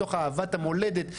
מתוך אהבת המולדת,